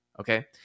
okay